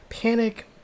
Panic